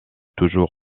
toujours